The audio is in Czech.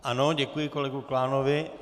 Ano, děkuji kolegovi Klánovi.